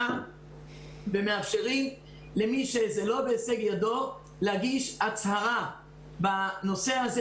ומאפשרים למי שזה לא בהישג ידו להגיש הצהרה בנושא הזה.